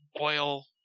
oil